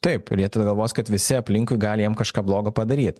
taip ir jie tada galvos kad visi aplinkui gali jiem kažką blogo padaryt